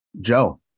Joe